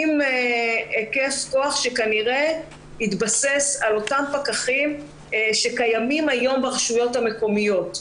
עם היקף כוח שכנראה יתבסס על אותם פקחים שקיימים היום ברשויות המקומיות.